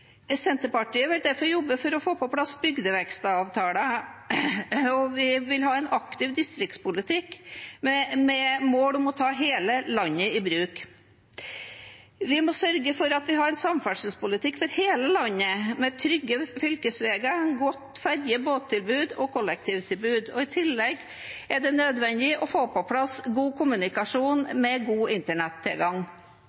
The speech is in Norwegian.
Senterpartiet vil derfor jobbe for å få plass bygdevekstavtaler, og vi vil ha en aktiv distriktspolitikk med mål om å ta hele landet i bruk. Vi må sørge for at vi har en samferdselspolitikk for hele landet med trygge fylkesveier, et godt ferje- og båttilbud og kollektivtilbud. I tillegg er det nødvendig å få på plass god kommunikasjon